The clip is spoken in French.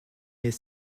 est